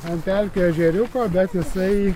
ant pelkėj ežeriuko bet jisai